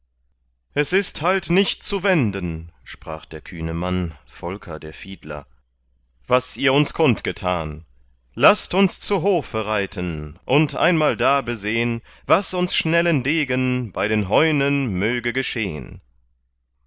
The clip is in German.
es ist halt nicht zu wenden sprach der kühne mann volker der fiedler was ihr uns kund getan laßt uns zu hofe reiten und einmal da besehn was uns schnellen degen bei den heunen möge geschehn